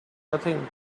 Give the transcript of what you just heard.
nothing